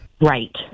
Right